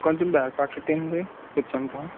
కొంచం దారి పక్కకి తీయండి కూర్చుంటాం